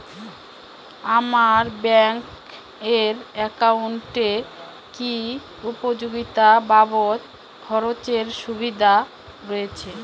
আমার ব্যাংক এর একাউন্টে কি উপযোগিতা বাবদ খরচের সুবিধা রয়েছে?